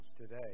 today